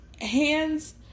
hands